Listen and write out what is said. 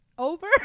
over